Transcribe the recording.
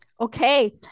Okay